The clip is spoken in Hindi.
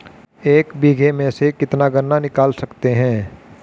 एक बीघे में से कितना गन्ना निकाल सकते हैं?